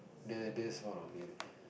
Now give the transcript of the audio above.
the that's one of it